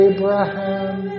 Abraham